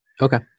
Okay